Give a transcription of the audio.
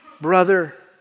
brother